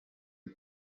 kui